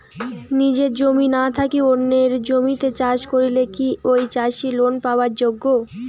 নিজের জমি না থাকি অন্যের জমিত চাষ করিলে কি ঐ চাষী লোন পাবার যোগ্য?